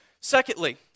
Secondly